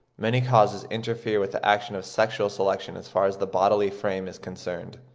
many causes interfere with the action of sexual selection as far as the bodily frame is concerned.